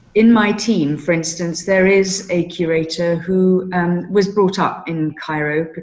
in my team, for instance, there is a curator who and was brought up in cairo.